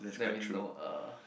that we know uh